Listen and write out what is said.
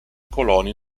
coloni